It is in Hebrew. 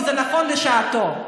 כי זה נכון לשעתו,